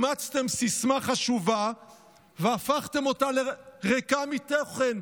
אימצתם סיסמה חשובה והפכתם אותה ריקה מתוכן.